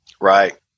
Right